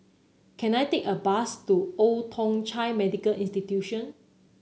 can I take a bus to Old Thong Chai Medical Institution